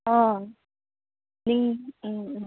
ꯑꯥ ꯎꯝ ꯎꯝ